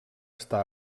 està